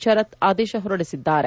ಶರತ್ ಆದೇಶ ಹೊರಡಿಸಿದ್ದಾರೆ